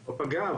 לא פגע,